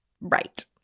Right